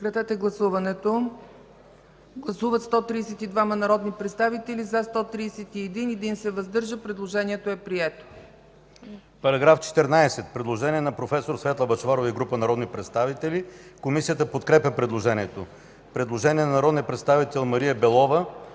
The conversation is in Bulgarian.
Светла Бъчварова и група народни представители. Комисията подкрепя по принцип